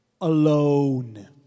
alone